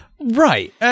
Right